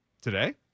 Today